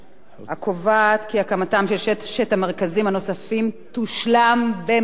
קובעת כי הקמתם של ששת המרכזים הנוספים תושלם במקביל,